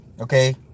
Okay